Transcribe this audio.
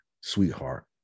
sweetheart